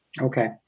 Okay